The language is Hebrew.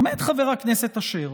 עומד חבר הכנסת אשר